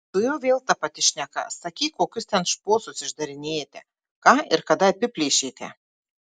su juo vėl ta pati šneka sakyk kokius ten šposus išdarinėjate ką ir kada apiplėšėte